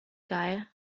geil